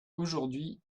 aujourd’hui